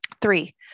Three